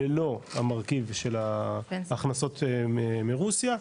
ללא המרכיב של ההכנסות מרוסיה,